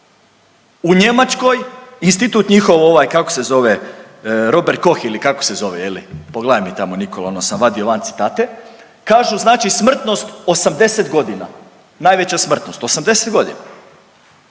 U Njemačkoj, institut njihov ovaj kako se zove Robert Koch ili kako se zove je li pogledaj mi tamo Nikola ono sam vadio van citate, kažu znači smrtnost 80 godina, najveća smrtnost 80 godina.